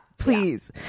Please